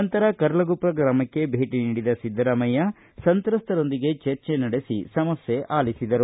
ನಂತರ ಕರ್ಲಕುಪ್ಪ ಗ್ರಾಮಕ್ಕೆ ಭೇಟ ನೀಡಿದ ಸಿದ್ದರಾಮಯ್ಯ ಸಂತ್ರಸ್ತರೊಂದಿಗೆ ಚರ್ಚೆ ನಡೆಸ ಸಮಸ್ಟೆ ಆಲಿಸಿದರು